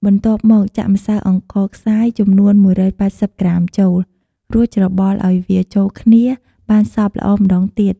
បន្ទាប់មកចាក់ម្សៅអង្ករខ្សាយចំនួន១៨០ក្រាមចូល រួចច្របល់ឲ្យវាចូលគ្នាបានសព្វល្អម្ដងទៀត។